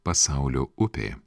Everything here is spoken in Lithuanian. pasaulio upė